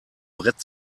brett